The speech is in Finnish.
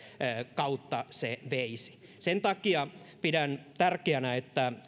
kautta se veisi aikaa sen takia pidän tärkeänä että